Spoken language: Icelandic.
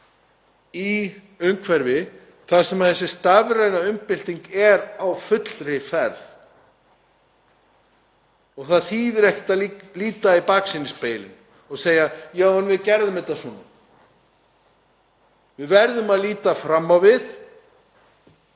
í umhverfi þar sem þessi stafræna umbyltingin er á fullri ferð. Það þýðir ekkert að líta í baksýnisspegilinn og segja: Já, en við gerðum þetta svona. Við verðum að líta fram á við,